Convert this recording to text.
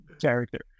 character